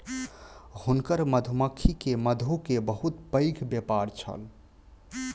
हुनकर मधुमक्खी के मधु के बहुत पैघ व्यापार छल